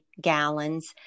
gallons